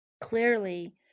clearly